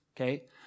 okay